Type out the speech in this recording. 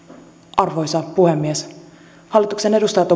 arvoisa puhemies hallituksen edustajat